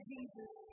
Jesus